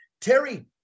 Terry